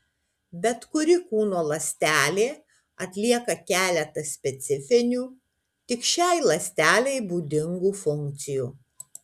bet kuri kūno ląstelė atlieka keletą specifinių tik šiai ląstelei būdingų funkcijų